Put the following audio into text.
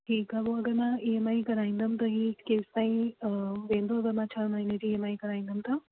ठीकु आहे पोइ अगरि मां ईएमआई कराईंदमि त हीउ केसि ताईं वेंदो त मां छह महीने जी ईएमआई कराईंदव त